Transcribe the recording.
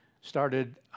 started